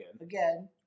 again